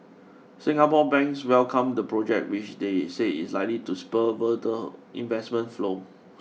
Singapore banks welcomed the project which they say is likely to spur further investment flow